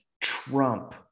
trump